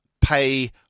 pay